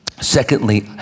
Secondly